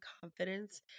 confidence